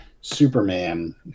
superman